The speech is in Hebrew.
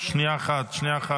שנייה אחת.